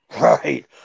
Right